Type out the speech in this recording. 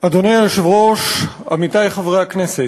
אדוני היושב-ראש, עמיתי חברי הכנסת,